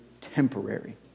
temporary